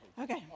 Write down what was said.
Okay